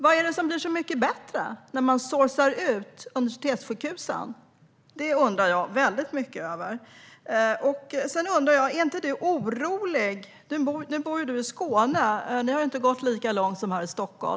Vad är det som blir så mycket bättre när man "sourcar ut" universitetssjukhusen? Det undrar jag mycket över. Är inte du orolig? undrar jag också. Du bor i Skåne, och där har det inte gått lika långt som här i Stockholm.